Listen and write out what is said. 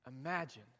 Imagine